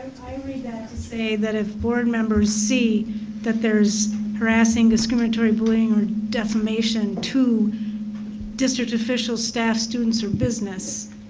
i read that to say that if board members see that there's harassing, discriminatory, bullying, or defamation to district officials, staffs, students, or business,